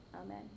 Amen